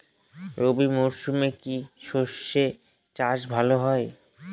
রবি মরশুমে কি সর্ষে চাষ ভালো হয়?